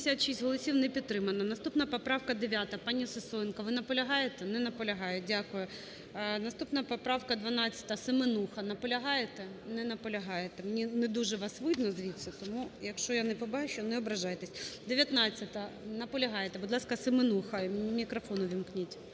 Наступна поправка - 9-а. Пані Сисоєнко, ви наполягаєте? Не наполягає. Дякую. Наступна поправка 12-а. Семенуха. Наполягаєте? Не наполягаєте. Мені не дуже вас видно звідси, тому, якщо я не побачу, не ображайтесь. 19-а. Наполягаєте. Будь ласка, Семенуха, мікрофон увімкніть.